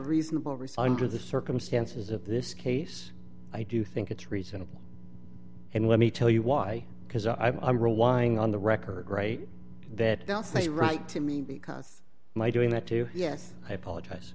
reasonable response to the circumstances of this case i do think it's reasonable and let me tell you why because i'm relying on the record right that they'll say right to me because my doing that to yes i apologize